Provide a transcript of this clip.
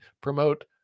promote